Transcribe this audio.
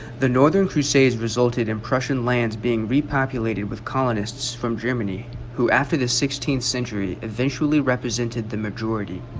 the northern crusades resulted in prussian lands being repopulated with colonists from germany who after the sixteenth century eventually represented the majority